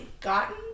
gotten